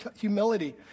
humility